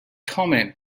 comment